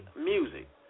music